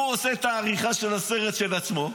הוא עושה את העריכה של הסרט של עצמו.